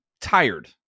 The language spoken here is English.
tired